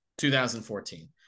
2014